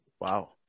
Wow